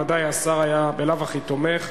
ובוודאי השר היה בלאו הכי תומך.